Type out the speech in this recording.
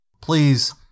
Please